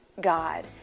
God